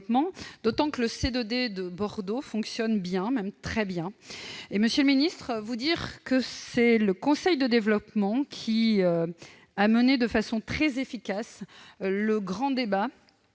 d'autant que celui de Bordeaux fonctionne très bien. Monsieur le ministre, c'est le conseil de développement qui a mené de façon très efficace le grand débat